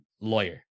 lawyer